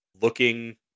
looking